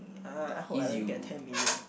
uh I hope I really get ten million